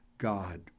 God